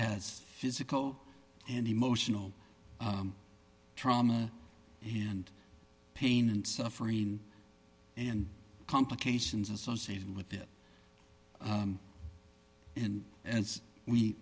has physical and emotional trauma and pain and suffering and complications associated with it and as we